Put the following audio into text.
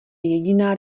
jediná